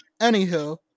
Anywho